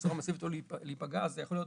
בצורה מסיבית עלול להיפגע, זה יכול להיות